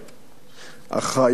אך העיקרון זהה: